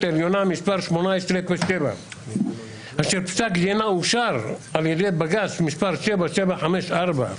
העליונה מס' 18-07 אשר פסק דינה אושר על ידי בג"ץ מס' 7754-07,